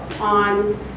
on